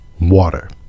water